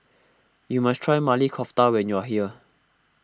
you must try Maili Kofta when you are here